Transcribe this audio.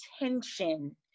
attention